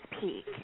peak